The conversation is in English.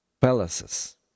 palaces